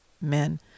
men